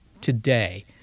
today